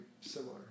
similar